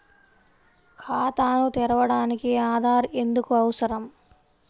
ఖాతాను తెరవడానికి ఆధార్ ఎందుకు అవసరం?